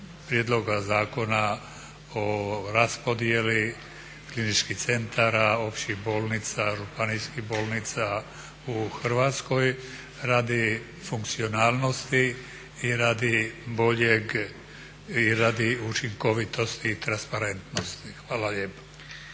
Prijedloga Zakona o raspodjeli kliničkih centara, općih bolnica, županijskih bolnica u Hrvatskoj radi funkcionalnosti i radi boljeg i radi učinkovitosti i transparentnost. Hvala lijepa.